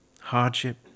hardship